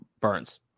Burns